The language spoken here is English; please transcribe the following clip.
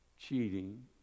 cheating